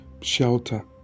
shelter